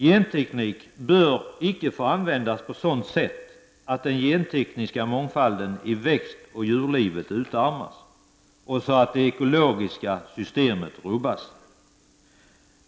Genteknik bör icke få användas på ett sådant sätt att den gentekniska mångfalden i växtoch djurlivet utarmas och så att det ekologiska systemet rubbas.